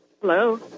Hello